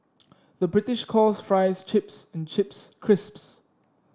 the British calls fries chips and chips crisps